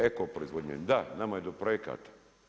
Eko proizvodnje, da, nama je do projekata.